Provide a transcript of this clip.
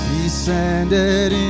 Descended